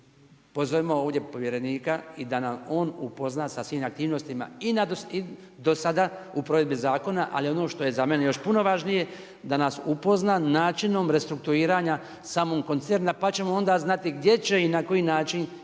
pozovemo ovdje povjerenika i da nam on upozna sa svim aktivnostima i do sada u provedbi zakona, ali ono što je za mene još puno važnije, da nas upozna načinom restrukturiranja samog koncerna, pa ćemo onda znati gdje će i na koji način